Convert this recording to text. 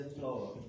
Lord